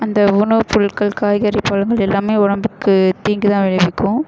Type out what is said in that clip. அந்த உணவு பொருட்கள் காய்கறி பழங்கள் எல்லாமே உடம்புக்குத் தீங்குதான் விளைவிக்கும்